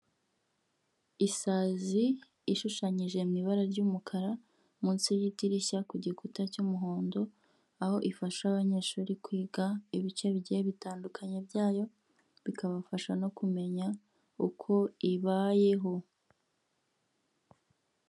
Isazi ishushanyije mu ibara ry'umukara munsi y'idirishya ku gikuta cy'umuhondo. Aho ifasha abanyeshuri kwiga ibice bige bitandukanye byayo bikabafasha no kumenya uko ibayeho.